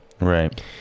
right